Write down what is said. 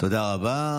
תודה רבה.